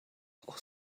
auch